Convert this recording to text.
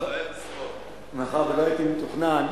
מאחר שלא הייתי מתוכנן,